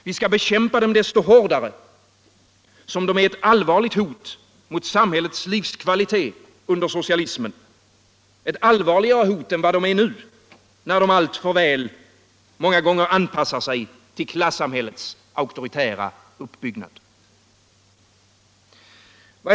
Vi skall bekämpa dem så mycket hårdare som de är ett allvarligt hot mot samhällets livskvalitet under socialismen, ett allvarligare hot än vad de är många gånger nu när de alltför väl anpassar sig till klassamhällets auktoritära uppbyggnad.